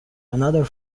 another